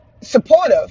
supportive